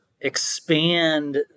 expand